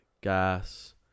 gas